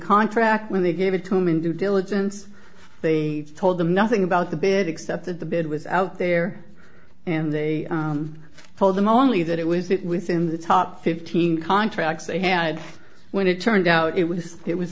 contract when they gave it to him in due diligence they told them nothing about the bid accepted the bid was out there and they told them only that it was it within the top fifteen contracts they had when it turned out it was just it was